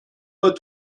pas